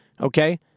okay